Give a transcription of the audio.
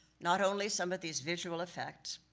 not only some of these visual effects,